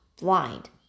blind